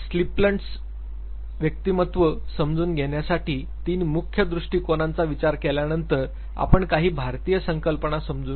splints व्यक्तिमत्त्व समजून घेण्यासाठी तीन मुख्य दृष्टिकोनांचा विचार केल्यानंतर आपण काही भारतीय संकल्पना समजून घेऊ